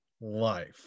life